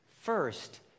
First